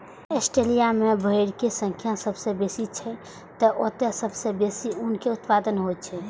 Australia मे भेड़क संख्या सबसं बेसी छै, तें ओतय सबसं बेसी ऊनक उत्पादन होइ छै